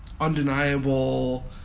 undeniable